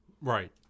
Right